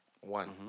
One